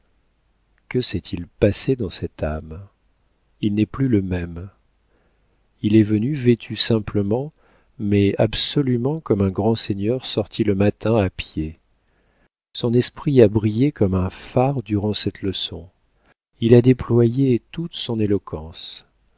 que s'est-il passé dans cette âme il n'est plus le même il est venu vêtu simplement mais absolument comme un grand seigneur sorti le matin à pied son esprit a brillé comme un phare durant cette leçon il a déployé toute son éloquence